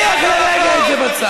אני מניח לרגע את זה בצד.